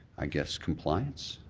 i guess, compliance?